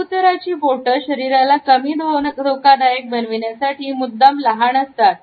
कबूतरची बोटं शरीराला कमी धोकादायक बनवण्यासाठी मुद्दाम लहान असतात